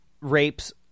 rapes